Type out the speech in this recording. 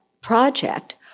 project